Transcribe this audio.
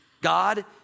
God